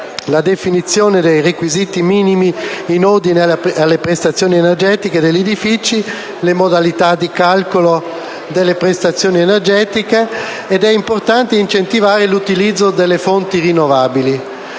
la definizione di requisiti minimi in ordine alle prestazioni energetiche degli edifici e le modalità di calcolo delle prestazioni energetiche ed è importante incentivare 1'utilizzo delle fonti rinnovabili.